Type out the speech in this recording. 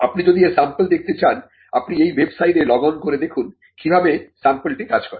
আপনি যদি এর স্যাম্পল দেখতে চান আপনি এই ওয়েবসাইটে লগ অন করে দেখুন কিভাবে স্যাম্পলটি কাজ করে